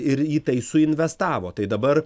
ir į tai suinvestavo tai dabar